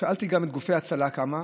שאלתי גם את גופי הצלה כמה,